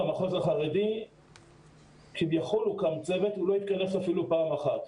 במחוז החרדי כביכול הוקם צוות אבל הוא לא התכנס אפילו פעם אחת.